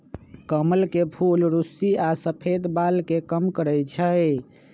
कमल के फूल रुस्सी आ सफेद बाल के कम करई छई